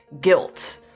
guilt